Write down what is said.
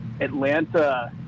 Atlanta